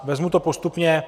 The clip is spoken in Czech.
Vezmu to postupně.